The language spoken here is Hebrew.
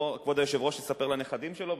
לא כבוד היושב-ראש יספר לנכדים שלו,